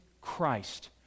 Christ